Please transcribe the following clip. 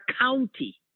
county